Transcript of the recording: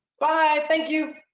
bye, thank you.